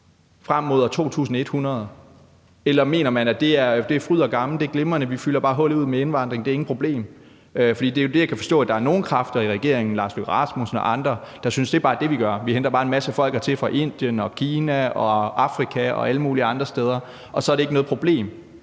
frem mod år 2100, eller mener man, at det er fryd og gammen, det er glimrende, og at vi bare fylder hullet ud med indvandrere, og at det intet problem er? Jeg kan jo forstå, at der er nogle kræfter i regeringen, udenrigsministeren og andre, der synes, at det bare er det, vi gør; vi henter bare en masse folk hertil fra Indien, Kina og Afrika og alle mulige andre steder, og så er det ikke noget problem,